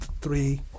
three